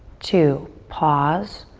two. pause.